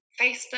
facebook